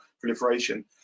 proliferation